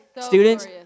students